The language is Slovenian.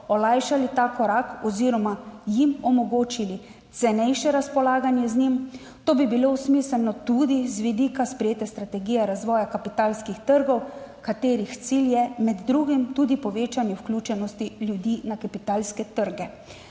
olajšali ta korak oziroma jim omogočili cenejše razpolaganje z njim. To bi bilo smiselno tudi z vidika sprejete strategije razvoja kapitalskih trgov, katerih cilj je med drugim tudi povečanje vključenosti ljudi na kapitalske trge.